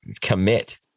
commit